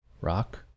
rock